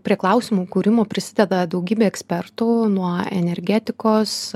prie klausimų kūrimo prisideda daugybė ekspertų nuo energetikos